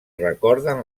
recorden